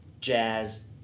jazz